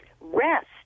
rest